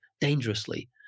dangerously